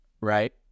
right